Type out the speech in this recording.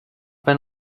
been